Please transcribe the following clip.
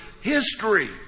history